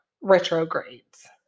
retrogrades